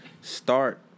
start